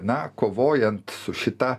na kovojant su šita